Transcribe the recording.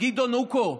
גדעון אוקו,